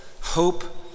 hope